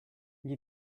gli